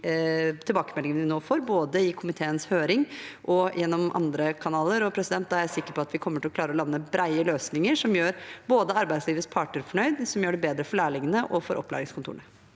tilbakemeldingene vi nå får, både i komiteens høring og gjennom andre kanaler. Da er jeg sikker på at vi kommer til å klare å lande brede løsninger som gjør arbeidslivets parter fornøyd, og som gjør det bedre for lærlingene og for opplæringskontorene.